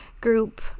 group